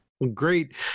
Great